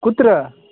कुत्र